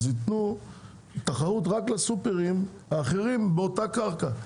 אז יתנו תחרות רק לסופרים האחרים באותה קרקע.